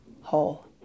whole